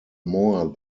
more